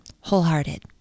wholehearted